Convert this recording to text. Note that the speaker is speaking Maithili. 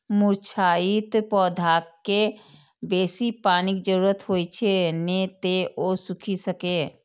मुरझाइत पौधाकें बेसी पानिक जरूरत होइ छै, नै तं ओ सूखि सकैए